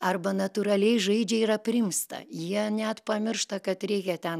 arba natūraliai žaidžia ir aprimsta jie net pamiršta kad reikia ten